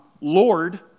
Lord